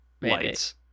lights